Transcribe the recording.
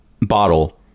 bottle